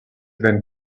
than